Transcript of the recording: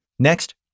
Next